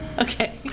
Okay